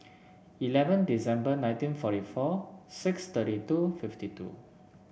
eleven December nineteen forty four six thirty two fifty two